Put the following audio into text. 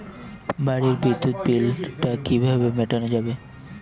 বাড়ির বিদ্যুৎ বিল টা কিভাবে মেটানো যাবে?